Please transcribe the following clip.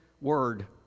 word